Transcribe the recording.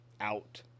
out